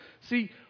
See